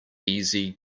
easy